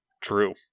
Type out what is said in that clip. True